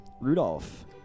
Rudolph